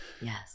Yes